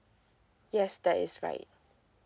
yes that is right